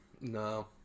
No